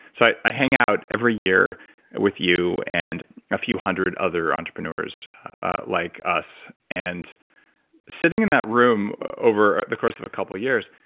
so i hang out every year with you and ah few hundred other entrepreneurs like us. and sitting in that room over the course of a couple of years,